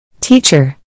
Teacher